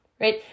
right